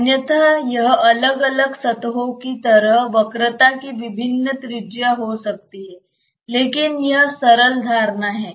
अन्यथा यह अलग अलग सतहो की तरह वक्रता की विभिन्न त्रिज्या हो सकती है लेकिन यह सरल धारणा है